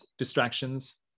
distractions